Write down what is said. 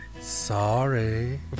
Sorry